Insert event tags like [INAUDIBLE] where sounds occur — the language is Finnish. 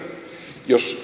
jos [UNINTELLIGIBLE]